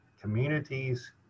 Communities